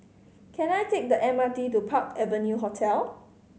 can I take the M R T to Park Avenue Hotel